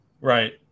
Right